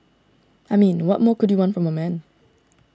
I mean what more could you want from a man